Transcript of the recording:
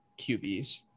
QBs